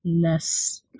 less